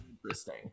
interesting